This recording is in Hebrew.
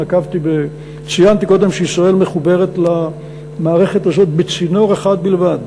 נקבתי וציינתי קודם שישראל מחוברת למערכת הזאת בצינור אחד בלבד.